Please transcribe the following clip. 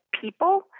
people